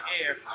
air